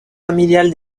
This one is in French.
familiale